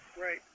Right